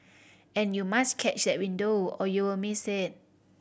and you must catch that window or you'll miss it